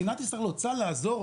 מדינת ישראל רוצה לעזור,